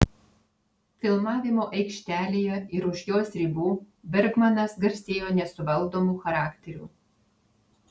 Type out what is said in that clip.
filmavimo aikštelėje ir už jos ribų bergmanas garsėjo nesuvaldomu charakteriu